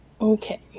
Okay